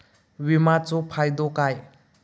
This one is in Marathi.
विमाचो फायदो काय?